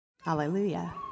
Hallelujah